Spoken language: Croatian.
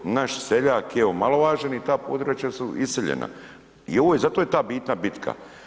Naš seljak je omalovaženi, ta područja su iseljena i ovo je, zato je ta bitna bitka.